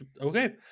okay